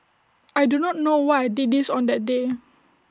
I do not know why I did this on that day